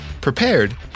prepared